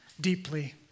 deeply